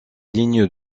lignes